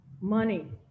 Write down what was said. money